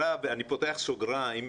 ואני פותח סוגריים,